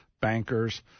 Bankers